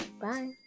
bye